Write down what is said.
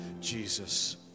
Jesus